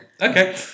Okay